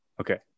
Okay